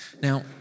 Now